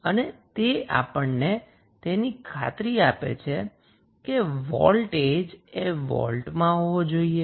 અને તે આપણને તેની ખાતરી આપે છે કે વોલ્ટેજએ વોલ્ટમાં હોવો જોઈએ